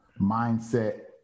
mindset